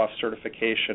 certification